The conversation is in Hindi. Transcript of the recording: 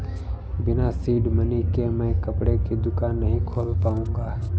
बिना सीड मनी के मैं कपड़े की दुकान नही खोल पाऊंगा